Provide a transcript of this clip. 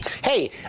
Hey